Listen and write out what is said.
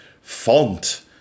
font